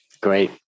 great